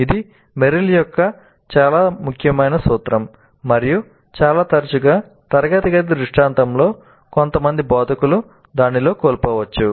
ఇది మెరిల్ యొక్క చాలా ముఖ్యమైన సూత్రం మరియు చాలా తరచుగా తరగతి గది దృష్టాంతంలో కొంతమంది బోధకులు దానిని కోల్పోవచ్చు